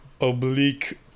oblique